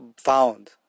found